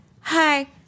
Hi